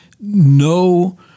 no